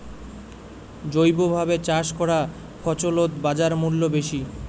জৈবভাবে চাষ করা ফছলত বাজারমূল্য বেশি